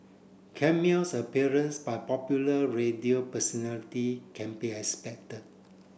cameos appearance by popular radio personality can be expected